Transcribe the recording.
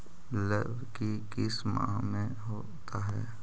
लव की किस माह में होता है?